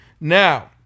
Now